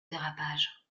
dérapage